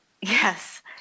Yes